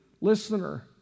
listener